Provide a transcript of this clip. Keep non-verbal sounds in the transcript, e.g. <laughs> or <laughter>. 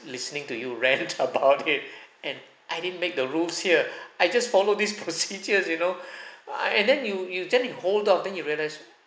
listening to you <laughs> rant about it <breath> and I didn't make the rules here <breath> I just follow these <laughs> procedures you know <breath> ah and then you you then hold off then you realise